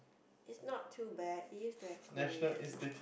it's not too bad we used to have Korean